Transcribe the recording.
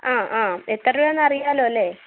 ആ ആ എത്ര രൂപയാണെന്നറിയാമല്ലോ അല്ലെ